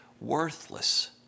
worthless